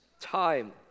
time